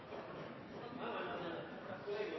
får